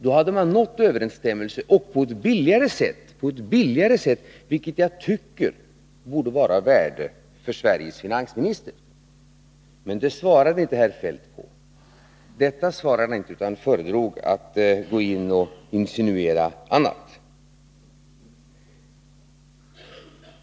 Då hade man nått överensstämmelse på ett billigare sätt, vilket jag tycker borde vara av värde för Sveriges finansminister. Men på detta svarade inte herr Feldt, utan han föredrog att insinuera annat.